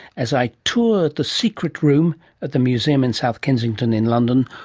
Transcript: as i tour the secret room at the museum in south kensington in london,